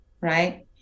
Right